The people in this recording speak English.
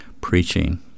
preaching